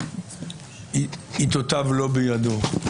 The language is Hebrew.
שעתותיו לא בידו.